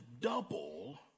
double